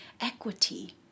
equity